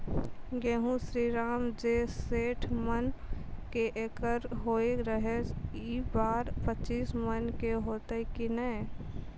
गेहूँ श्रीराम जे सैठ मन के एकरऽ होय रहे ई बार पचीस मन के होते कि नेय?